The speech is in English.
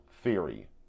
theory